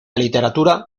literatura